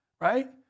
right